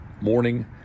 morning